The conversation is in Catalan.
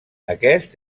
aquest